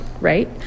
right